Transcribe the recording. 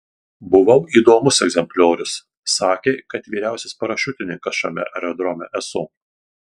buvau įdomus egzempliorius sakė kad vyriausias parašiutininkas šiame aerodrome esu